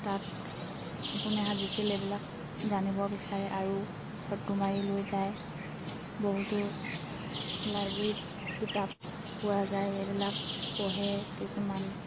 তাত কোনে সাজিছিল এইবিলাক জানিব বিচাৰে আৰু ফটো মাৰি লৈ যায় বহুতো লাইব্ৰেৰীত কিতাপ পোৱা যায় সেইবিলাক পঢ়ে কিছুমান